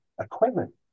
equipment